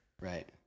Right